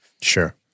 Sure